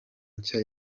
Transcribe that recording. nshya